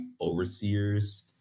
overseers